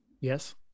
Yes